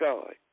God